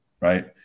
right